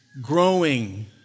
growing